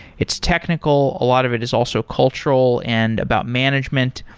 its technical. a lot of it is also cultural and about management,